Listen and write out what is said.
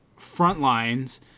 Frontlines